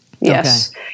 Yes